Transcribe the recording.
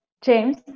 James